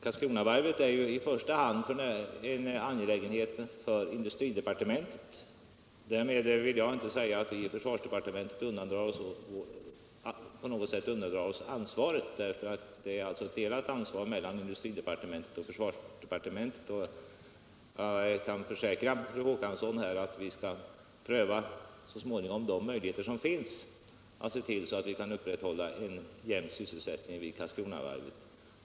Karlskronavarvet är i första hand en angelägenhet för industridepartementet. Därmed vill jag inte säga att vi i försvarsdepartementet på något sätt undandrar oss ansvaret. Det är ett delat ansvar mellan industridepartementet och försvarsdepartementet. Jag kan försäkra fru Håkansson att vi så småningom skall pröva de möjligheter som finns för att upprätthålla en jämn sysselsättning vid Karlskronavarvet.